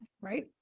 right